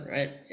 Right